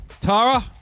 Tara